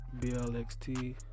BLXT